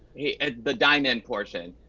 the diamond portion.